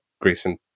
Grayson